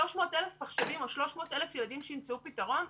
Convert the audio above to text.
300,000 מחשבים או 300,000 ילדים שימצאו פתרון?